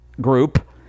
group